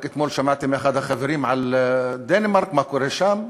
רק אתמול שמעתי מאחד החברים על דנמרק, מה קורה שם.